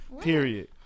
Period